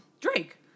Drake